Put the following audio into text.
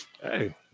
Hey